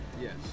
Yes